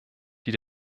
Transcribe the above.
die